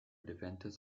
defenses